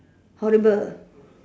horrible